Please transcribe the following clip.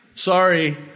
Sorry